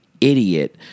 idiot